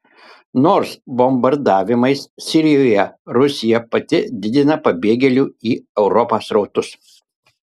nors bombardavimais sirijoje rusija pati didina pabėgėlių į europą srautus